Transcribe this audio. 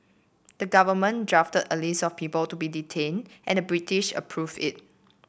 the government drafted a list of people to be detain and the British approve it